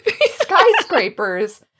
skyscrapers